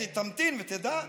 תמתין ותדע.